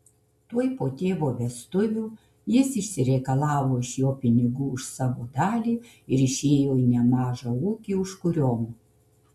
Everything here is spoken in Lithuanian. tuoj po tėvo vestuvių jis išsireikalavo iš jo pinigų už savo dalį ir išėjo į nemažą ūkį užkuriom